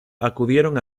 acudieron